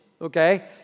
okay